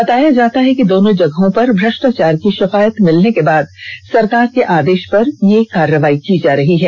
बताया जाता है कि दोनों जगहों पर भ्रष्टाचार की शिकायत मिलने के बाद सरकार के आदेश पर यह कार्रवाई की जा रही है